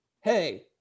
Hey